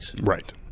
Right